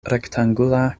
rektangula